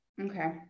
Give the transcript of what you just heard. Okay